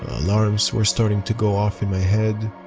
alarms were starting to go off in my head.